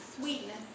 sweetness